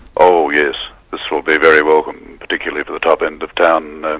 oh yes. this will be very welcome, particularly to the top end of town